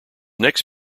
next